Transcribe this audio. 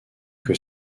que